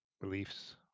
beliefs